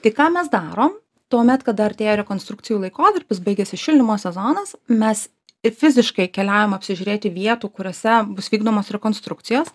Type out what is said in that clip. tai ką mes darom tuomet kada artėja rekonstrukcijų laikotarpis baigiasi šildymo sezonas mes ir fiziškai keliaujam apsižiūrėti vietų kuriose bus vykdomos rekonstrukcijos